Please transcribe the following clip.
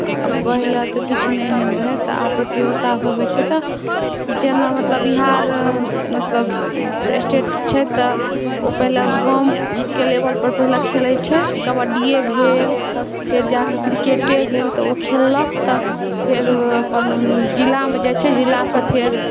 पहिले तऽ किछु नहि एहन रहै तऽ आब प्रतियोगितासब होइ छै तऽ जेना मतलब बिहार मतलब स्टेट छै तऽ ओ पहिले गामके लेवलपर पहिले खेलै छै कबड्डिए भेल फेर जाकऽ किरकेटे भेल तऽ ओ खेललक तऽ जाकऽ फेर अपन जिलामे जाइ छै जिलासँ फेर